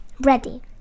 Ready